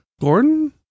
Gordon